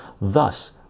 thus